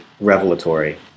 revelatory